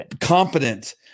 competent